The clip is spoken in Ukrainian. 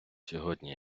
сьогодні